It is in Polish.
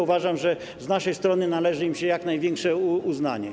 Uważam, że z naszej strony należy im się jak największe uznanie.